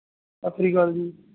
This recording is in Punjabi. ਸਤਿ ਸ਼੍ਰੀ ਅਕਾਲ ਜੀ